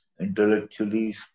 intellectually